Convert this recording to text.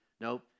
Nope